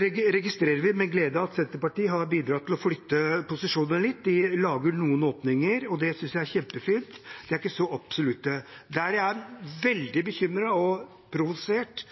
registrerer vi med glede at Senterpartiet har bidratt til å flytte posisjonene litt. De lager noen åpninger, og det synes jeg er kjempefint. De er ikke så absolutte. Det jeg er veldig bekymret og provosert